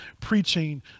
preaching